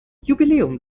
jubiläum